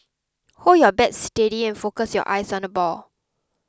hold your bat steady and focus your eyes on the ball